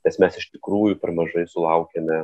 nes mes iš tikrųjų per mažai sulaukiame